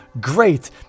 great